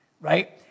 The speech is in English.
right